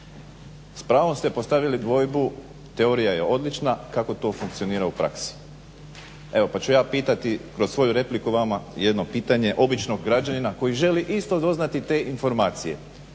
S pravom ste postavili dvojbu, teorija je odlična kako to funkcionira u praksi? Evo, pa ću ja pitati kroz svoju repliku vas jedno pitanje običnog građanina koji želi isto doznati te informacije.